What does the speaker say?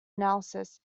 analysis